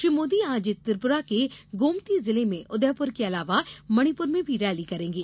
श्री मोदी आज त्रिपुरा के गोमती जिले में उदयपुर के अलावा मणिपुर में भी रैली करेंगे